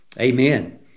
Amen